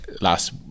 last